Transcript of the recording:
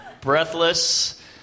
breathless